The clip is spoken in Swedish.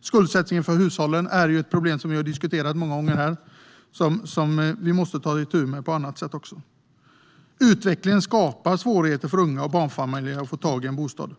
Skuldsättningen för hushållen är ett problem som vi har diskuterat många gånger här och som vi måste ta itu med också på annat sätt. Utvecklingen skapar svårigheter för unga och barnfamiljer att få tag i en bostad.